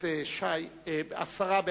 ההצעה לכלול את הנושא בסדר-היום של הכנסת נתקבלה.